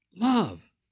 love